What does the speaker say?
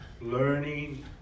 learning